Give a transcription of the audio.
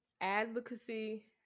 advocacy